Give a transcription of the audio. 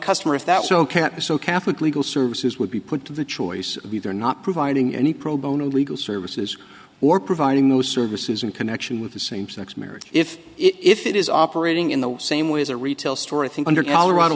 customer if that's ok so catholic legal services would be put to the choice of either not providing any pro bono legal services or providing those services in connection with the same sex marriage if it is operating in the same way as a retail store i think under colorado